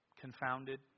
confounded